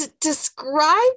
describe